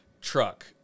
truck